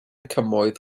cymoedd